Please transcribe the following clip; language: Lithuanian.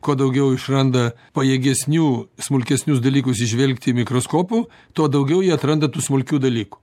kuo daugiau išranda pajėgesnių smulkesnius dalykus įžvelgti mikroskopų tuo daugiau jie atranda tų smulkių dalykų